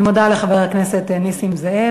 אני מודה לחבר הכנסת נסים זאב.